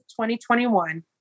2021